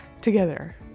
together